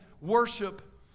worship